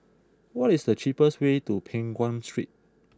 what is the cheapest way to Peng Nguan Street